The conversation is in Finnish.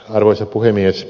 arvoisa puhemies